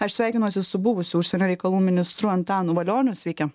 aš sveikinuosi su buvusiu užsienio reikalų ministru antanu valioniu sveiki